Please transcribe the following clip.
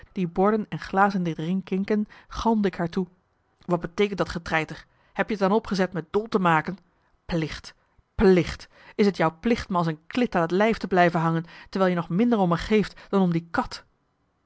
die borden en glazen deed rinkinken galmde ik haar toe wat beteekent dat getreiter heb je t er dan op gezet me dol te maken plicht plicht is t jou plicht me als een klit aan het lijf te blijven hangen terwijl je nog minder om me geeft dan om die kat